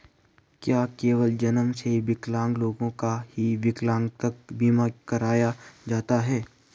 क्या केवल जन्म से विकलांग लोगों का ही विकलांगता बीमा कराया जाता है?